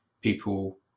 people